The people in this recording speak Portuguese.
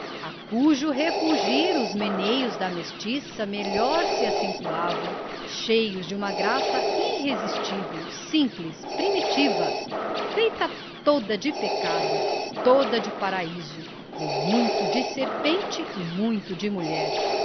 a cujo refulgir os meneios da mestiça melhor se acentuavam cheios de uma graça irresistível simples primitiva feita toda de pecado toda de paraíso com muito de serpente e muito de mulher